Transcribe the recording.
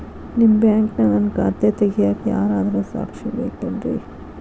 ನಿಮ್ಮ ಬ್ಯಾಂಕಿನ್ಯಾಗ ನನ್ನ ಖಾತೆ ತೆಗೆಯಾಕ್ ಯಾರಾದ್ರೂ ಸಾಕ್ಷಿ ಬೇಕೇನ್ರಿ?